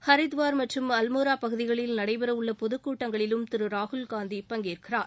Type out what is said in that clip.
ஹரித்துவார் மற்றும் அல்மோரா பகுதிகளில் நடைபெற உள்ள பொதுக் கூட்டங்களிலும் திரு ராகுல் காந்தி பங்கேற்கிறார்